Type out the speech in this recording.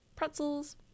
pretzels